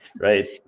Right